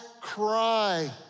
cry